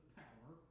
power